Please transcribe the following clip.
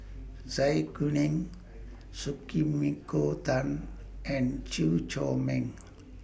Zai Kuning Tan and Chew Chor Meng